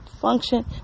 function